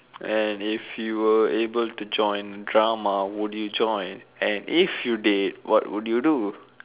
and if you were able to join drama would you join and if you did what would you do